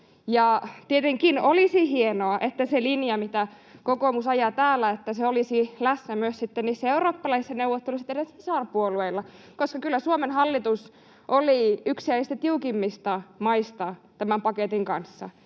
Tietenkin olisi hienoa, että se linja, mitä kokoomus ajaa täällä, olisi läsnä myös sitten niissä eurooppalaisissa neuvotteluissa teidän sisarpuolueillanne, koska kyllä Suomen hallitus oli yksi näistä tiukimmista maista tämän paketin kanssa.